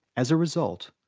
as a result,